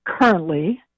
currently